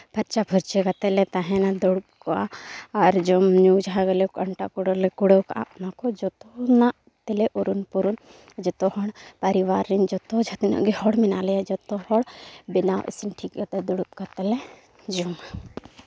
ᱯᱷᱟᱨᱪᱟ ᱯᱷᱟᱨᱪᱤ ᱠᱟᱛᱮ ᱞᱮ ᱛᱟᱦᱮᱱᱟ ᱫᱩᱲᱩᱵ ᱠᱚᱜᱼᱟ ᱟᱨ ᱡᱚᱢ ᱧᱩ ᱡᱟᱦᱟᱸ ᱫᱚᱞᱮ ᱟᱱᱴᱟᱜ ᱠᱩᱲᱟᱹᱜ ᱞᱮ ᱠᱩᱲᱟᱹᱣ ᱠᱟᱜᱼᱟ ᱚᱱᱟ ᱠᱚ ᱡᱚᱛᱚ ᱨᱮᱱᱟᱜ ᱛᱤᱱᱟᱹᱜ ᱩᱨᱩᱱ ᱯᱩᱨᱩᱱ ᱡᱚᱛᱚ ᱠᱷᱚᱱ ᱯᱟᱨᱤᱵᱟᱨ ᱨᱮᱱ ᱡᱚᱛᱚ ᱡᱟᱦᱟᱸᱛᱤᱱᱟᱹᱜ ᱜᱮ ᱦᱚᱲ ᱢᱮᱱᱟᱜ ᱞᱮ ᱡᱚᱛᱚ ᱦᱚᱲ ᱵᱮᱱᱟᱣ ᱤᱥᱤᱱ ᱴᱷᱤᱠ ᱠᱟᱛᱮ ᱫᱩᱲᱩᱵ ᱠᱟᱛᱮᱞᱮ ᱡᱚᱢᱟ